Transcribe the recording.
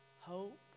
hope